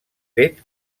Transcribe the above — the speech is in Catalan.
fet